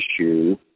issue